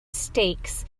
stakes